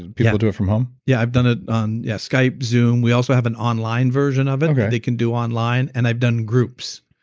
people do it from home? yeah, i've done it on yeah skype, zoom. we also have an online version of it that they can do online and i've done groups.